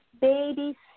baby